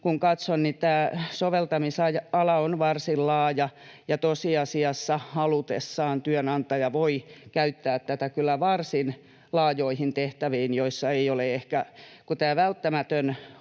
katson, niin tämä soveltamisala on varsin laaja, ja tosiasiassa halutessaan työnantaja voi käyttää tätä kyllä varsin laajoihin tehtäviin. Tämä ”välttämätön” on